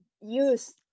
use